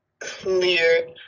clear